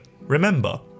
remember